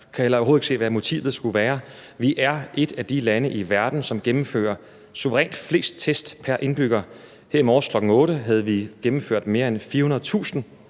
ikke overhovedet se, hvad motivet skulle være. Vi er et af de lande i verden, som gennemfører suverænt flest test per indbygger. Her i morges kl. 8.00 havde vi gennemført mere end 400.000